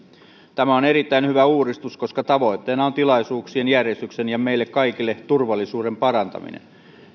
tämä on erittäin hyvä uudistus koska tavoitteena on tilaisuuksien järjestyksen ja meidän kaikkien turvallisuuden parantaminen